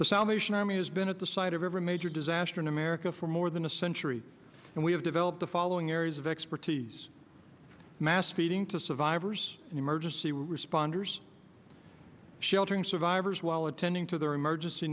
the salvation army has been at the site of every major disaster in america for more than a century and we have developed the following areas of expertise mass feeding to survivors and emergency responders sheltering survivors while attending to their emergency